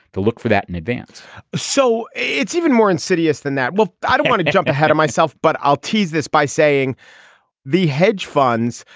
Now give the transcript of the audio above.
to look for that in advance so it's even more insidious than that. look, i don't want to jump ahead of myself, but i'll tease this by saying the hedge funds,